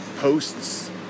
Posts